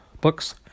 books